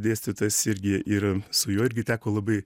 dėstytojas irgi ir su juo irgi teko labai